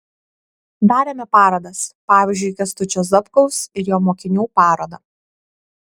darėme parodas pavyzdžiui kęstučio zapkaus ir jo mokinių parodą